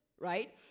right